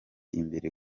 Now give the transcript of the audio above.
imbere